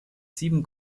sieben